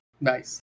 nice